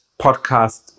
podcast